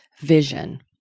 vision